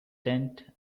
tent